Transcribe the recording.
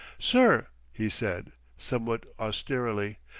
sir, he said, somewhat austerely,